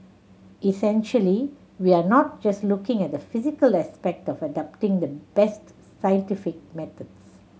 essentially we are not just looking at the physical aspect of adopting the best scientific methods